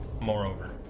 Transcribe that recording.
Moreover